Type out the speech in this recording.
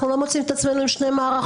אנחנו לא מוצאים את עצמנו עם שתי מערכות?